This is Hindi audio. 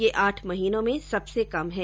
यह आठ महीनों में सबसे कम है